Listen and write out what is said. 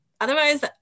otherwise